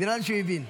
נראה לי שהוא הבין.